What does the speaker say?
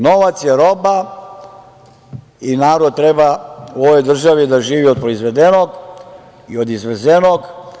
Novac je roba i narod treba u ovoj državi da živi od proizvedenog i od izvezenog.